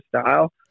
style